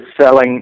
selling